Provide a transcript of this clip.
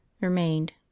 remained